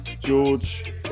George